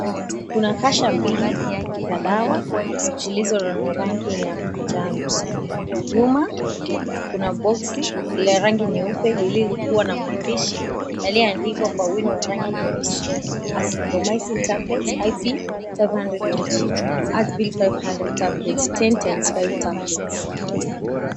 Kuna kasha mbili za dawa zilizo na rangi ya manjano nyuma kuna boxi la rangi nyeupe lililokuwa na maandishi yaliyoandikwa kwa wino wa rangi nyeusi, Azithromycin Tablet IP 500mg Azbil 500 tablets 10 x 5 tablets.